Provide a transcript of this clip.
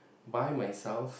by myself